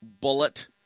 Bullet